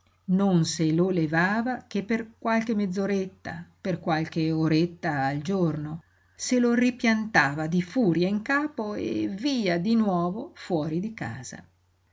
non se lo levava che per qualche mezz'oretta per qualche oretta al giorno se lo ripiantava di furia in capo e via di nuovo fuori di casa